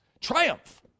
Triumph